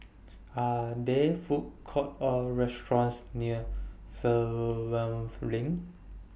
Are There Food Courts Or restaurants near Fernvale LINK